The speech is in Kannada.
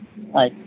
ಆಯ್ತು